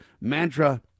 mantra